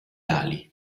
ali